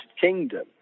Kingdom